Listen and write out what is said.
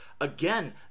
again